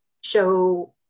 show